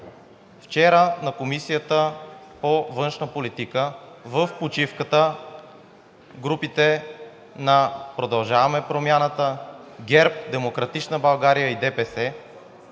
Вчера на Комисията по външна политика в почивката групите на „Продължаваме Промяната“, ГЕРБ, „Демократична България“ и ДПС